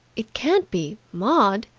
it can't be maud